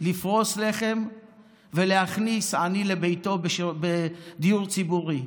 לפרוס לחם ולהכניס עני לביתו בדיור ציבורי.